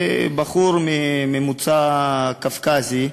בחור ממוצא קווקזי,